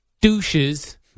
douches